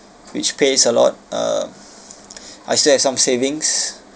which pays a lot um I still have some savings